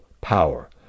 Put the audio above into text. power